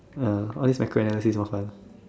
ya all this micro analysis more fun